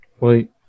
Wait